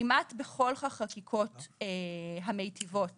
כמעט בכל החקיקות המיטיבות